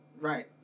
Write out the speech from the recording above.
Right